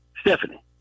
Stephanie